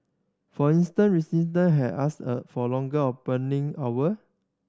for instance resident had asked a for longer opening hour